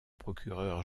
procureur